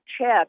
check